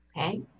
Okay